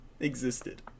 existed